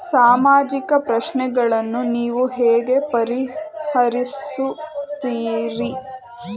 ಸಾಮಾಜಿಕ ಪ್ರಶ್ನೆಗಳನ್ನು ನೀವು ಹೇಗೆ ಪರಿಹರಿಸುತ್ತೀರಿ?